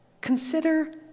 Consider